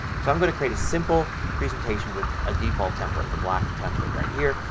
so i'm going to create a simple presentation with a default template, the black template right here.